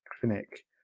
Clinic